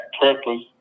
purpose